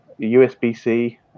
USB-C